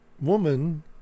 woman